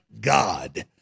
God